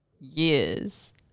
years